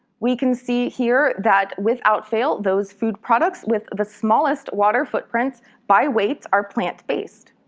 we can see here that without fail those food products with the smallest water footprints by weight are plant-based.